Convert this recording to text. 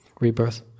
rebirth